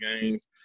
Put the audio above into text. games